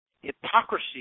hypocrisy